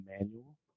manual